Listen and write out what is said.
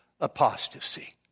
apostasy